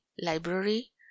library